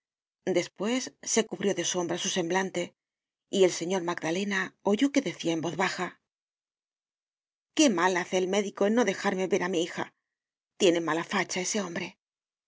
despues se cubrió de sombra su semblante y el señor magdalena oyó que decia en voz baja qué mal hace el médico en no dejarme ver á mi hija tiene mala facha ese hombre